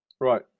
Right